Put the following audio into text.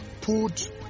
put